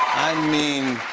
i mean.